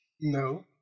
No